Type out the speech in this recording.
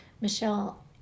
Michelle